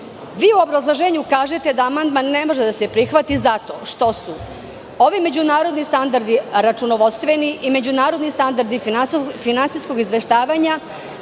u obrazloženju kažete da amandman ne može da se prihvati zato što su ovi međunarodni standardi računovodstveni i međunarodni standardi finansijskog izveštavanja